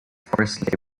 forced